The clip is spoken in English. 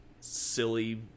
silly